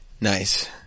Nice